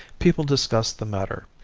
people discussed the matter.